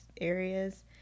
areas